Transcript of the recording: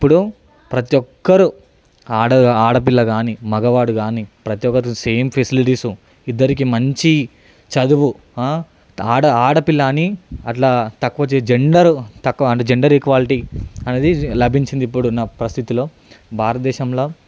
ఇప్పుడు ప్రతి ఒక్కరూ ఆడ ఆడపిల్ల కాని మగవాడు కాని ప్రతి ఒక్కరికి సేమ్ ఫెసిలిటీస్ ఇద్దరికీ మంచి చదువు ఆడ ఆడపిల్ల అని అట్లా తక్కువ జెం జెండర్ తక్కువ జెండర్ ఈక్వాలిటీ అనేది లభించింది ఇప్పుడు ఉన్న పరిస్థితుల్లో భారత దేశంలో